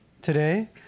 today